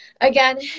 again